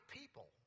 people